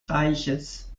reiches